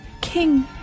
king